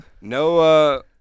No